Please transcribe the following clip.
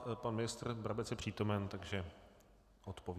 Pan ministr Brabec je přítomen, takže odpoví.